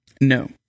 No